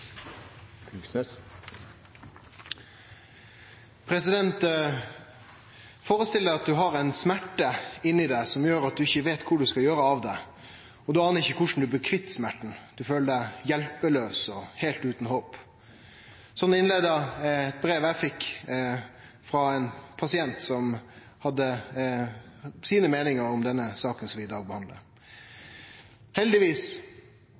mulig. Førestill deg at du har ei smerte inne i deg som gjer at du ikkje veit kvar du skal gjere av deg, du aner ikkje korleis du blir kvitt smerta, du føler deg hjelpelaus og heilt utan håp. Slik var innleiinga på eit brev eg fekk frå ein pasient som hadde sine meiningar om den saka vi i dag behandlar. Heldigvis har du ein avtale med fastlege, som